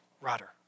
rudder